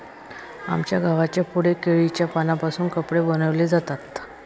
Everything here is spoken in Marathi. आमच्या गावाच्या पुढे केळीच्या पानांपासून कपडे बनवले जातात